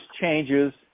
changes